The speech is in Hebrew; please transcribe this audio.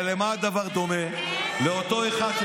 כן, אתם מפלגים.